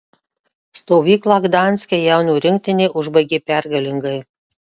stovyklą gdanske jaunių rinktinė užbaigė pergalingai